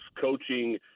coaching